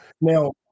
Now